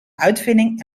uitvinding